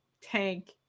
tank